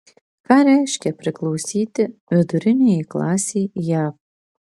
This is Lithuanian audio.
ką reiškia priklausyti viduriniajai klasei jav